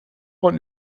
man